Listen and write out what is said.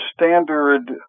standard